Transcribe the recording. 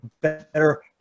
better